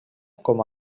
com